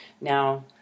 now